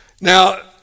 Now